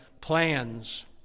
plans